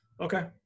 Okay